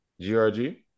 GRG